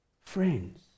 friends